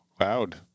loud